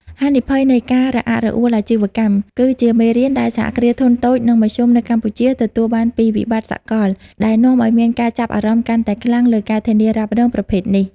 ហានិភ័យនៃ "ការរអាក់រអួលអាជីវកម្ម" គឺជាមេរៀនដែលសហគ្រាសធុនតូច និងមធ្យមនៅ កម្ពុជាទទួលបានពីវិបត្តិសកល ដែលនាំឱ្យមានការចាប់អារម្មណ៍កាន់តែខ្លាំងលើ ការធានារ៉ាប់រង ប្រភេទនេះ។